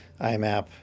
IMAP